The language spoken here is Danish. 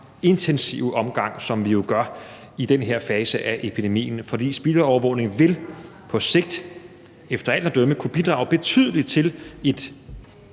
intensive omfang, som vi jo gør i den her fase af epidemien. For spildevandsovervågning vil på sigt efter alt at dømme kunne bidrage betydelig til et